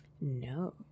No